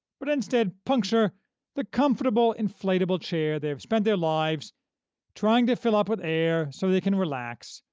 but instead puncture the comfortable inflatable chair they have spent their lives trying to fill up with air so they can relax,